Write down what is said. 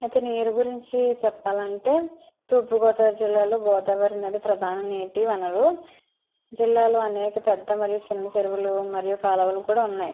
అయితే నీరు గురించి చెప్పాలంటే తూర్పు గోదావరి జిల్లాలో గోదావరి నది ప్రధాన నీటి వనరు జిల్లాలో అనేక పెద్ద మరియు చిన్న చెరువులు మరియు కాలవలు కూడా ఉన్నాయి